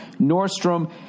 Nordstrom